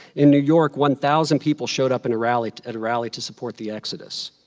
in new york, one thousand people showed up in a rally to and rally to support the exodus.